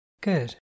Good